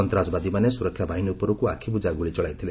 ସନ୍ତାସବାଦୀମାନେ ସୁରକ୍ଷା ବାହିନୀ ଉପରକୁ ଆଖିବୁଜା ଗୁଳି ଚଳାଇଥିଲେ